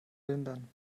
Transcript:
lindern